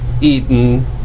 eaten